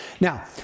Now